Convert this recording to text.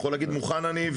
הוא יכול להגיד מוכן אני,